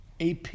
AP